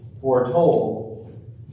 foretold